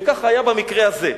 וככה היה במקרה הזה.